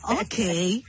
okay